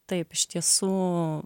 taip iš tiesų